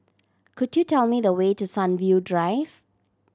could you tell me the way to Sunview Drive